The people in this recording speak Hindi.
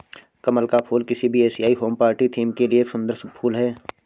कमल का फूल किसी भी एशियाई होम पार्टी थीम के लिए एक सुंदर फुल है